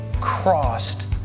crossed